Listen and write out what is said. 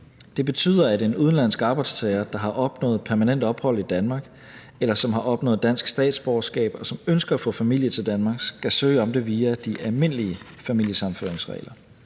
Det betyder, at en udenlandsk arbejdstager, der har opnået permanent ophold i Danmark, eller som har opnået dansk statsborgerskab, og som ønsker at få familie til Danmark, skal søge om det via de almindelige familiesammenføringsregler.